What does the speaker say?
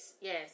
Yes